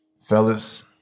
fellas